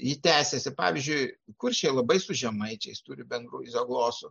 ji tęsiasi pavyzdžiui kuršiai labai su žemaičiais turi bendrų izoglosų